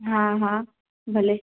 हा हा भले